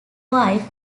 wife